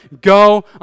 go